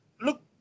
look